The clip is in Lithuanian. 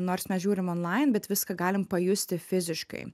nors mes žiūrim onlain bet viską galim pajusti fiziškai